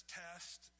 test